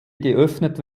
geöffnet